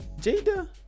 Jada